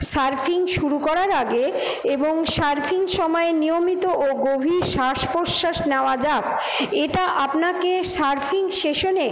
surfing শুরু করার আগে এবং সার্ফিং সময়ে নিয়মিত ও গভীর শ্বাস প্রশ্বাস নেওয়া যাক এটা আপনাকে সার্ফিং সেশনে